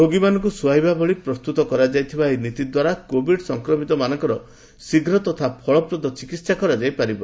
ରୋଗୀମାନଙ୍କୁ ସୁହାଇବା ଭଳି ପ୍ରସ୍ତୁତ କରାଯାଇଥିବା ଏହି ନୀତି ଦ୍ୱାରା କୋବିଡ୍ ସଂକ୍ରମିତମାନଙ୍କର ଶୀଘ୍ର ତଥା ଫଳପ୍ରଦ ଚିକିହା କରାଯାଇ ପାରିବ